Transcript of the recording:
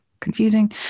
Confusing